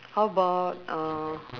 how about uh